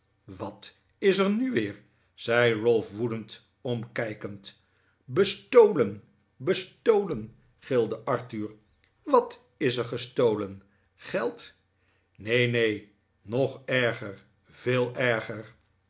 wat is er nu weer zei ralph woedend omkijkend bestolen bestolen gilde arthur wat is er gestolen geld neen neen nog erger veel erger